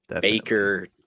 Baker